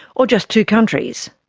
or just two countries.